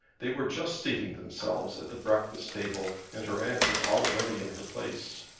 they were just seating themselves at the breakfast table, and her aunt was already in her place.